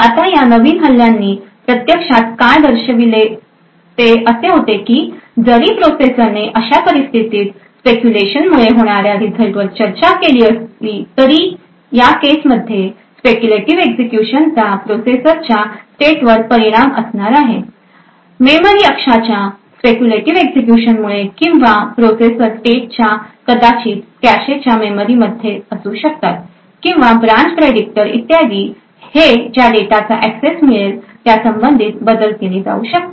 आता या नवीन हल्ल्यांनी प्रत्यक्ष काय दर्शविले ते असे होते की जरी प्रोसेसरने अशा परिस्थितीत स्पेक्युलेशन मुळे होणाऱ्या रिझल्ट वर चर्चा केली असली तरी या केसमध्ये स्पेक्युलेटीव एक्झिक्युशन चा प्रोसेसरच्या स्टेटवर परिणाम असणार आहे मेमरी अक्षाच्या स्पेक्युलेटीव एक्झिक्युशनमुळे किंवा प्रोसेसर स्टेटच्या कदाचित कॅशेच्या मेमरी मध्ये असू शकतात किंवा ब्रांच प्रेडिक्टर इत्यादी हे ज्या डेटाचा एक्सेस मिळेल त्या संबंधित बदल केले जाऊ शकतात